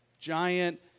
giant